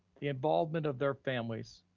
the involvement of their families,